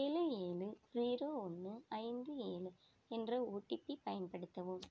ஏழு ஏழு ஜீரோ ஒன்று ஐந்து ஏழு என்ற ஓடிபி பயன்படுத்தவும்